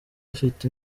afite